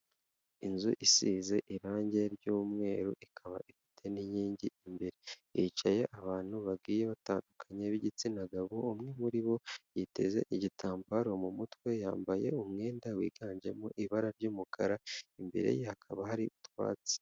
Inzu isize irangi ry'umweru, ikaba ifite n'inkingi imbere, hicaye abantu bagiye batandukanye b'igitsina gabo, umwe muri bo yiteze igitambaro mu mutwe, yambaye umwenda wiganjemo ibara ry'umukara, imbere ye hakaba hari utwatsi.